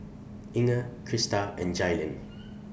Inger Krysta and Jailyn